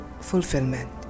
fulfillment